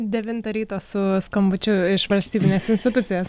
devintą ryto su skambučiu iš valstybinės institucijos